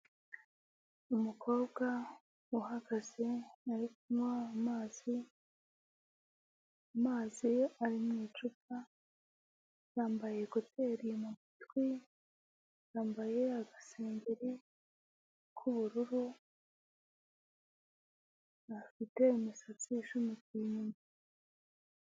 Umukobwa, uhagaze, arimo kunywa amazi, amazi ari mu icupa, yambaye kuteri mu matwi, bambaye agasengeri k'ubururu afite imisatsi ishamikiye inyuma.